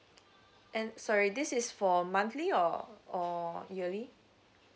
and sorry this is for monthly or or yearly